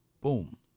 Boom